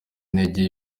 intege